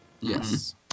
Yes